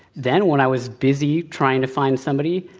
then, when i was busy trying to find somebody,